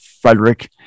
frederick